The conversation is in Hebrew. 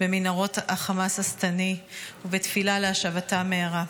במנהרות החמאס השטני, בתפילה להשבתם מהרה.